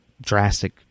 drastic